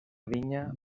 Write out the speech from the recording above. vinya